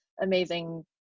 amazing